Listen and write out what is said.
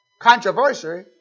controversy